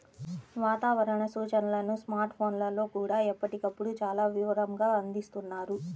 వాతావరణ సూచనలను స్మార్ట్ ఫోన్లల్లో కూడా ఎప్పటికప్పుడు చాలా వివరంగా అందిస్తున్నారు